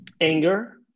anger